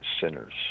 sinners